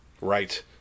Right